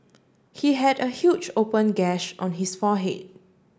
he had a huge open gash on his forehead